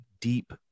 deep